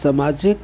सामाजिक